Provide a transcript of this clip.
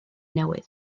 newydd